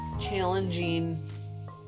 challenging